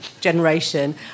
generation